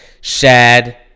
Shad